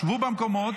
שבו במקומות.